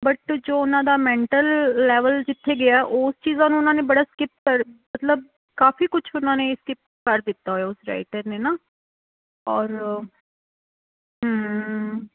but ਜੋ ਉਹਨਾਂ ਦਾ ਮੈਂਟਲ ਲੈਵਲ ਜਿੱਥੇ ਗਿਆ ਓਸ ਚੀਜ਼ਾਂ ਨੂੰ ਉਹਨਾਂ ਨੇ ਬੜਾ ਸਕਿਪ ਕਰ ਮਤਲਬ ਕਾਫੀ ਕੁਝ ਉਹਨਾਂ ਨੇ ਸਕਿਪ ਕਰ ਦਿੱਤਾ ਹੋਇਆ ਉਸ ਰਾਈਟਰ ਨੇ ਨਾ ਔਰ